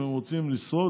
אם הם רוצים לשרוד,